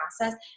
process